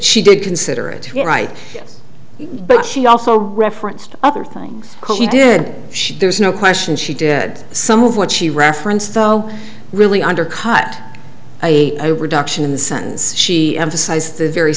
she did consider it the right but she also referenced other things she did she there's no question she did some of what she referenced though really undercut over duction in the sense she emphasized the very